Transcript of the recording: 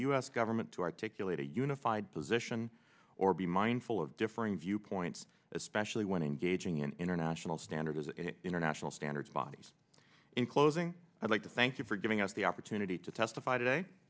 u s government to articulate a unified position or be mindful of differing viewpoints especially when engaging in international standards as a international standards bodies in closing i'd like to thank you for giving us the opportunity testify today